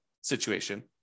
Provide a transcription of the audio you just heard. situation